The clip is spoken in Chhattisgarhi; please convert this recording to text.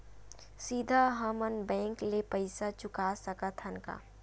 सीधा हम मन बैंक ले पईसा चुका सकत हन का?